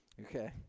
Okay